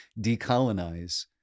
Decolonize